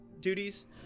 duties